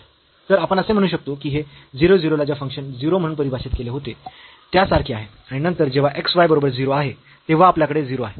तर आपण असे म्हणू शकतो की हे 0 0 ला जे फंक्शन 0 म्हणून परिभाषित केले होते त्यासारखे आहे आणि नंतर जेव्हा x y बरोबर 0 आहे तेव्हा आपल्याकडे 0 आहे